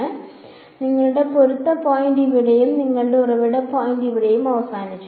അതിനാൽ നിങ്ങളുടെ പൊരുത്ത പോയിന്റ് ഇവിടെയും നിങ്ങളുടെ ഉറവിട പോയിന്റ് ഇവിടെയും അവസാനിച്ചു